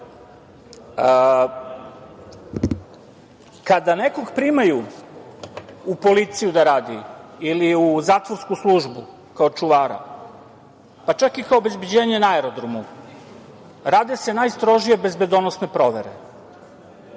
kada nekog primaju u policiju da radi ili u zatvorsku službu kao čuvara, pa čak i kao obezbeđenje na aerodromu, rade se najstrožije bezbedonosne provere.